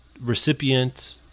recipient